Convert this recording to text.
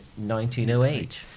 1908